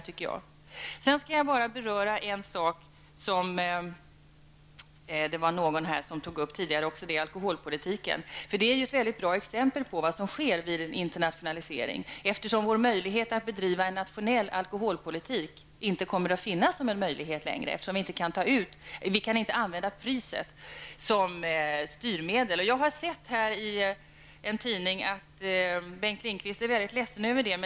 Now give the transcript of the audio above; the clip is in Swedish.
Som avslutning vill jag bara beröra alkoholpolitiken, som någon tidigare tog upp. Här finns ett bra exempel på vad som sker vid en internationalisering. Vår möjlighet att bedriva en nationell alkoholpolitik kommer inte att finnas kvar, eftersom vi inte längre kan använda priset som styrmedel. Jag har sett i en tidning att Bengt Lindqvist är ledsen över det.